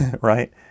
right